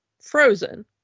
Frozen